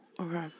Okay